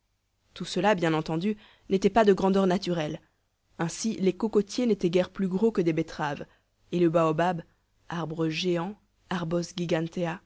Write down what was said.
tout cela bien entendu n'était pas de grandeur naturelle ainsi les cocotiers n'étaient guère plus gros que des betteraves et le baobab